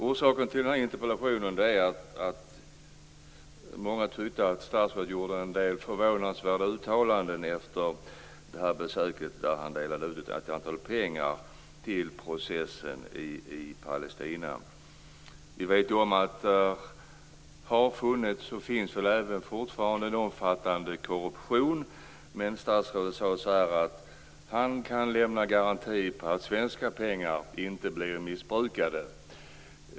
Orsaken till att jag framställde interpellationen är att många tyckte att statsrådet gjorde en del förvånansvärda uttalanden efter det här besöket, där han delade ut pengar till processen i Palestina. Vi vet att det har funnits och fortfarande finns en omfattande korruption. Men statsrådet sade att han kan lämna garantier för att svenska pengar inte blir missbrukade.